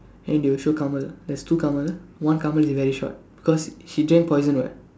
and they will show Kamal there's two Kamal one Kamal he very short because she drank poison what